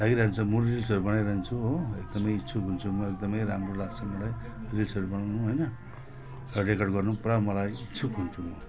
लागिरहन्छ म रिल्सहरू बनाइरहन्छु हो एकदमै इच्छुक हुन्छु म एकदमै राम्रो लाग्छ मलाई रिल्सहरू बनाउनु होइन रेकर्ड गर्नु मलाई पुरा इच्छुक हुन्छु म